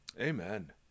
Amen